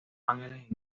ángeles